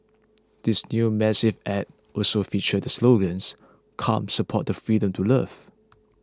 this new massive ad also features the slogans come support the freedom to love